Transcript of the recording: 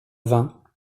vin